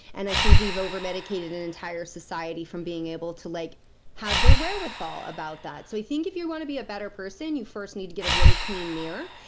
and i think we've over medicated an entire society from being able to like have their wherewithal about that. so i think if you want to be a better person, you first need to get a really clean mirror,